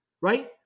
right